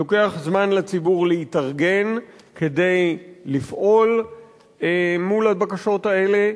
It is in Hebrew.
לוקח זמן לציבור להתארגן כדי לפעול מול הבקשות האלה.